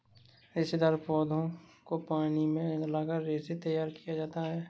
रेशेदार पौधों को पानी में गलाकर रेशा तैयार किया जाता है